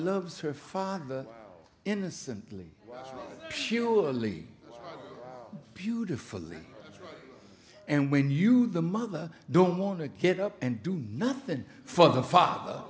loves her father innocently surely beautiful and when you do the mother don't want to get up and do nothing for the father